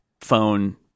phone